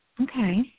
Okay